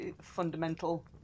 fundamental